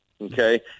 okay